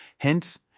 Hence